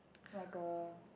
like a